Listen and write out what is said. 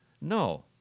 No